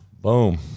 Boom